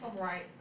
right